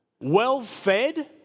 well-fed